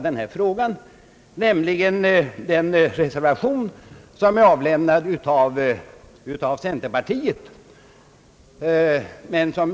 Nästa reservation i raden är avlämnad av centerpartiet.